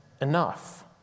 enough